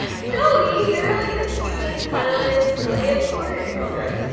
joey you're like the cutest cuddliest boy, of course. okay,